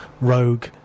rogue